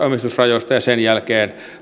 omistusrajoista ja sen jälkeen